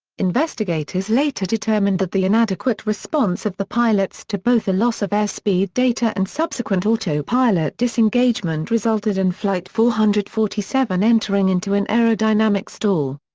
investigators later determined that the inadequate response of the pilots to both a loss of airspeed data and subsequent autopilot disengagement resulted in flight four hundred and forty seven entering into an aerodynamic stall.